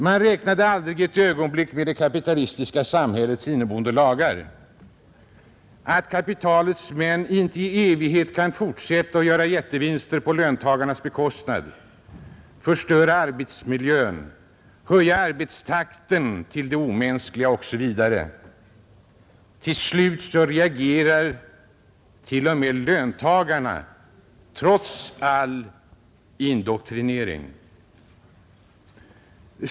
Man räknade aldrig ett ögonblick med det kapitalistiska samhällets inneboende lagar — att kapitalets män inte i evighet kan fortsätta att göra jättevinster på löntagarnas bekostnad, förstöra arbetsmiljön, höja arbetstakten till det omänskliga, osv. Till slut reagerar t.o.m. löntagarna, trots all indoktrinering.